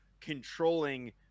controlling